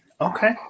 Okay